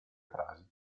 frasi